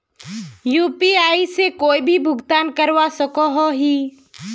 UPI से कोई भी भुगतान करवा सकोहो ही?